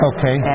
Okay